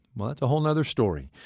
that's a whole and other story.